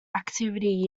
activity